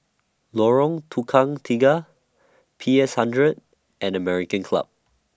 Lorong Tukang Tiga P S hundred and American Club